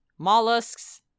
Mollusks